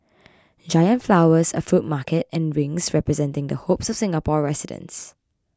giant flowers a fruit market and rings representing the hopes of Singapore residents